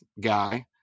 guy